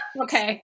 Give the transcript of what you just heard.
okay